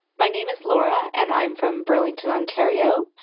my name is laura, and i'm from burlington, ontario.